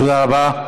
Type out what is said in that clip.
תודה רבה.